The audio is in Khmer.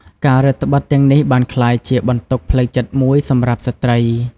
ការរឹតត្បិតទាំងនេះបានក្លាយជាបន្ទុកផ្លូវចិត្តមួយសម្រាប់ស្ត្រី។